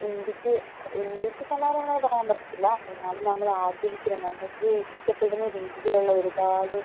ഇന്ത്യക്ക് ഇന്ത്യക്ക് സമാനമാണെന്ന് പറയാന് പറ്റത്തില്ല എന്നാലും നമ്മളാഗ്രഹിക്കുന്ന നമ്മൾക്ക് ഇഷ്ടപ്പെടുന്ന രീതിയിലുള്ള ഒരുപാട്